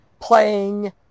playing